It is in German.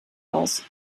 aus